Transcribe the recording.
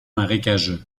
marécageux